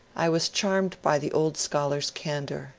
i was charmed by the old scholar's candour.